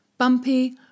Bumpy